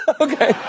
Okay